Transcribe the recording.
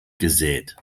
gesät